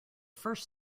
first